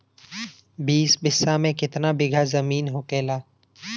बीस बिस्सा में कितना बिघा जमीन होखेला?